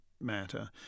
matter